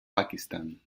pakistan